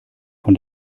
von